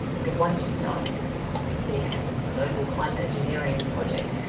because once you've started this big kind of global climate engineering project,